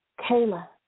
Kayla